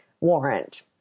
warrant